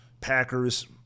Packers